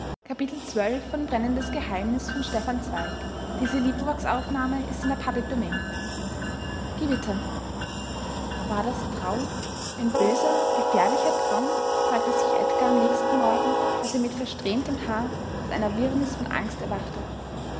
gewitter war das traum ein böser gefährlicher traum fragte sich edgar am nächsten morgen als er mit versträhntem haar aus einer wirrnis von angst erwachte